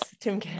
Tim